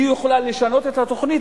היא יכולה לשנות את התוכנית,